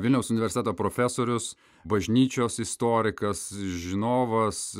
vilniaus universiteto profesorius bažnyčios istorikas žinovas